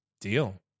Deal